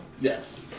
Yes